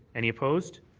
any opposed?